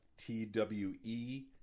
TWE